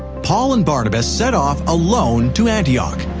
paul and barnabas set off alone to antioch.